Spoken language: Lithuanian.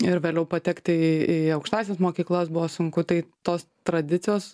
ir vėliau patekti į į aukštąsias mokyklas buvo sunku tai tos tradicijos